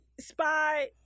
Spy